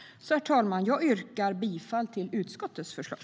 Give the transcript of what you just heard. Herr talman! Jag yrkar bifall till utskottets förslag.